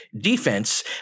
defense